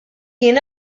kien